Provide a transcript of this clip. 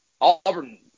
Auburn